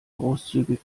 großzügig